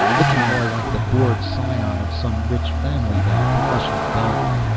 looking more like the bored scion of some rich family than a professional gambler.